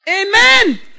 Amen